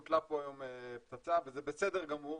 הוטלה פה היום פצצה וזה בסדר גמור,